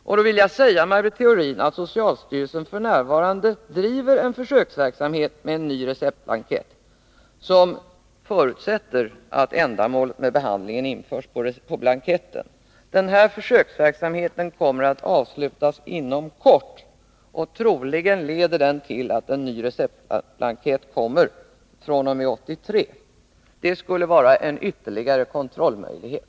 Jag vill säga Maj Britt Theorin att socialstyrelsen f.n. bedriver en försöksverksamhet med en ny receptblankett, som förutsätter att ändamålet med behandlingen införs på blanketten. Den försöksverksamheten kommer att avslutas inom kort, och troligen leder den till att en ny receptblankett kommer fr.o.m. 1983. Det skulle vara en ytterligare kontrollmöjlighet.